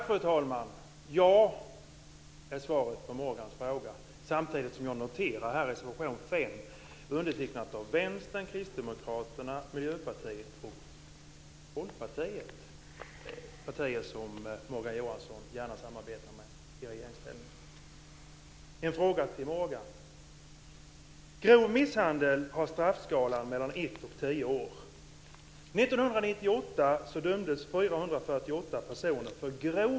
Fru talman! Svaret på Morgans fråga är ja. Samtidigt noterar jag att reservation 5 är undertecknad av Vänstern, Kristdemokraterna, Miljöpartiet och Folkpartiet, partier som Morgan Johansson gärna samarbetar med. Jag har en fråga till Morgan. Grov misshandel har en straffskala från 1 till 10 år. År 1998 dömdes 448 och 5 år.